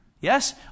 Yes